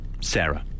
Sarah